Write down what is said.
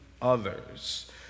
others